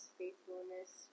faithfulness